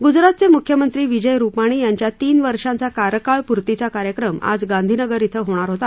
गुजरातचे मुख्यमंत्री विजय रुपाणी यांच्या तीन वर्षांच्या कार्यकाळ पूर्तीचा कार्यक्रम आज गांधीनगर शिं होणार होता